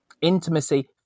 Intimacy